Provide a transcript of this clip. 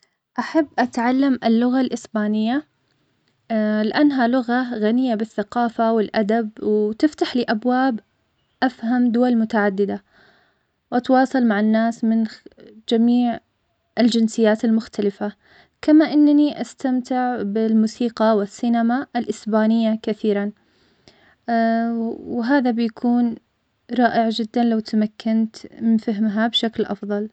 أحب أتعلم اللغة الإسبانية, لأنها لغة غنية بالثقافة والأدب, وتفتح لي أبواب أفهم دول متعددة, وأتواصل مع الناس من خ- جميع الجنسيات المختلفة, كما أنني أستمتع بالموسيقى والسينيما الإسبانية كثيراً, وهذا بيكون رائع جداً لو تمكنت من فهمها بشكل أفضل.